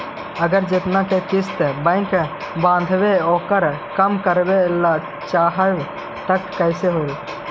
अगर जेतना के किस्त बैक बाँधबे ओकर कम करावे ल चाहबै तब कैसे होतै?